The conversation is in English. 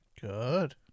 Good